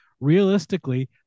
Realistically